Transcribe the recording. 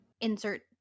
insert